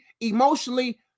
emotionally